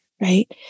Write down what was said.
right